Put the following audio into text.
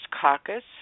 Caucus